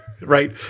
right